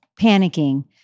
panicking